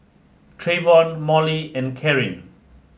Trayvon Mollie and Karyn